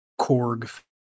Korg